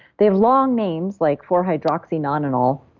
they have long names like four hydroxynonenal,